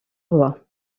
roi